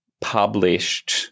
published